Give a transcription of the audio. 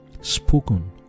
spoken